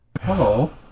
Hello